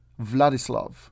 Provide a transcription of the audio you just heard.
Vladislav